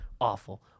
Awful